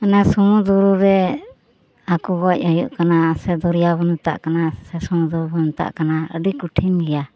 ᱚᱱᱟ ᱥᱩᱢᱩᱫᱽᱫᱨᱩᱨᱮ ᱦᱟᱠᱳ ᱜᱚᱡ ᱦᱩᱭᱩᱜ ᱠᱟᱱᱟ ᱥᱮ ᱫᱚᱨᱭᱟ ᱵᱚᱱ ᱢᱮᱛᱟᱜ ᱥᱮ ᱥᱩᱢᱩᱫᱽᱫᱨᱩ ᱵᱚᱱ ᱢᱮᱛᱟᱜ ᱠᱟᱱᱟ ᱟᱹᱰᱤ ᱠᱚᱴᱷᱤᱱ ᱜᱮᱭᱟ